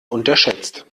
unterschätzt